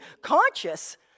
conscious